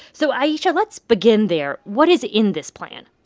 so, ayesha, let's begin there. what is in this plan?